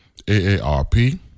AARP